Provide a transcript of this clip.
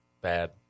bad